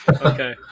Okay